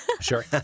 Sure